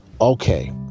Okay